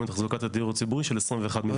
לתחזוקת הדיור הציבורי של 21 מיליון.